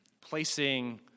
placing